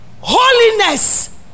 holiness